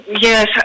Yes